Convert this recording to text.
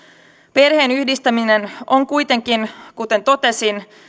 perheenyhdistäminen on kuitenkin kuten totesin